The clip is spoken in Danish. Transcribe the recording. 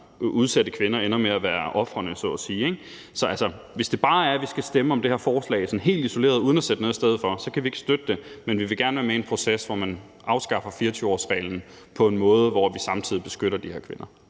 udsatte kvinder ender med at være ofrene så at sige. Så hvis det bare er sådan, at vi skal stemme om det her forslag sådan helt isoleret uden at sætte noget i stedet for, så kan vi ikke støtte det, men vi vil gerne være med i en proces, hvor man afskaffer 24-årsreglen på en måde, hvor vi samtidig beskytter de her kvinder.